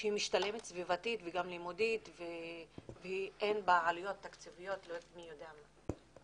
שמשתלמת סביבתית וגם לימודית ואין בה עלויות תקציביות גבוהות.